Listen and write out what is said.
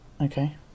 Okay